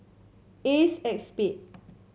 Acexpade